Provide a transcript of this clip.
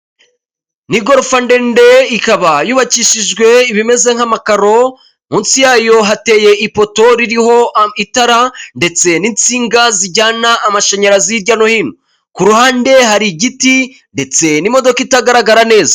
Ni igorofa ndende ikaba yubakishijwe ibimeze nk'amakaro, munsi yayo hateye ipoto iriho itara ndetse n'insinga zijyana amashanyarazi hirya no hino, ku ruhande hari igiti ndetse n'imodoka itagaragara neza.